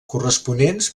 corresponents